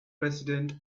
president